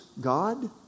God